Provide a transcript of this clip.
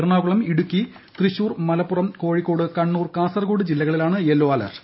എറണാകുളം ഇടുക്കി തൃശൂർ മലപ്പുറം കോഴിക്ക്ക്ക്ടൂട് കണ്ണൂർ കാസറഗോഡ് ജില്ലകളിലാണ് yellow alert